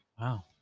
Wow